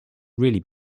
really